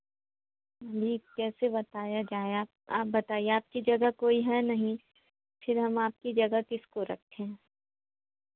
leave कैसे बताया जाय आप बताइए आपकी जगह कोई है नहीं फिर हम आपकी जगह किसको रखें